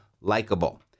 likable